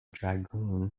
dragoon